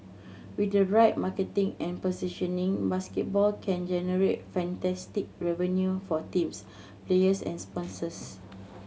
with the right marketing and positioning basketball can generate fantastic revenue for teams players and sponsors